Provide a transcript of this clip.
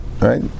Right